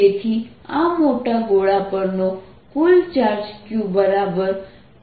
તેથી આ મોટા ગોળા પરનો કુલ ચાર્જ Qπ0r4 છે